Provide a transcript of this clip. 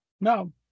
No